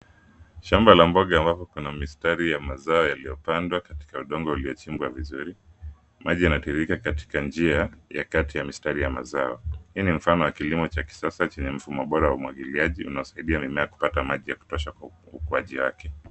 Shamba la mboga ambapo kuna mistari ya mazao yaliyopandwa katika udongo uliyochimbwa vizuri, maji yanatiririka katika njia ya kati ya mistari ya mazao. Hii ni mfano wa kilimo cha kisasa chenye mfumo bora wa mwagiliaji unaosaidia mimea kupata maji ya kutosha kwa ukuaji yake.